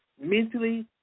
mentally